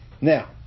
Now